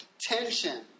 tension